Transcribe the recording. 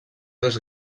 dos